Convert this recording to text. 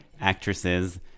actresses